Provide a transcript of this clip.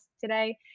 today